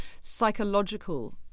psychological